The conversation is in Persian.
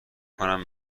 کنم